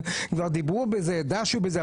כבר דיברו בזה, דשו בזה.